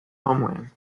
homeland